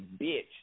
bitch